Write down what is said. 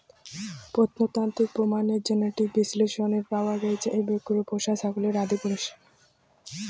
প্রত্নতাত্ত্বিক প্রমাণের জেনেটিক বিশ্লেষনত পাওয়া গেইছে ইবেক্স পোষা ছাগলের আদিপুরুষ